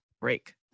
Break